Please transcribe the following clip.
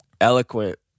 Eloquent